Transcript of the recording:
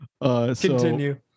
continue